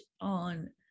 on